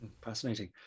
Fascinating